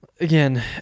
again